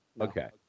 Okay